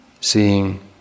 seeing